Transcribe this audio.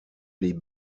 les